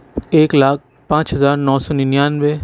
ایک لاکھ پانچ ہزار نو سو ننانوے